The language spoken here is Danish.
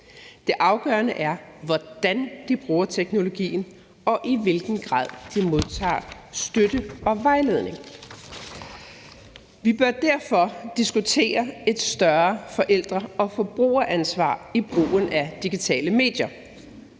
Det afgørende er, hvordan de bruger teknologien, og i hvilken grad de modtager støtte og vejledning. Vi bør derfor diskutere et større forældre- og forbrugeransvar i brugen af digitale medier,